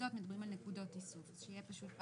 המעבדות מדברים על נקודות, אז שיהיה פשוט אחיד.